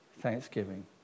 thanksgiving